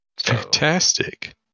fantastic